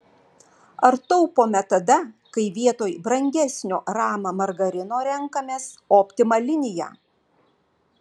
ar taupome tada kai vietoj brangesnio rama margarino renkamės optima liniją